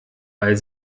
weil